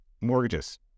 mortgages